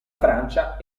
francia